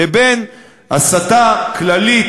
לבין הסתה כללית,